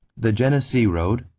the genesee road,